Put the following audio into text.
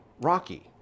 Rocky